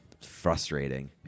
frustrating